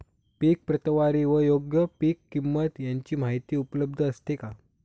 पीक प्रतवारी व योग्य पीक किंमत यांची माहिती उपलब्ध असते का?